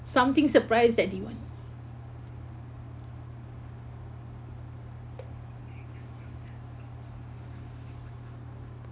something surprised that they want